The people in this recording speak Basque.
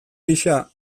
gisa